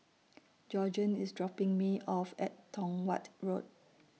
Georgeann IS dropping Me off At Tong Watt Road